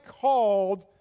called